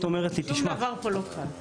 שום דבר פה לא קל.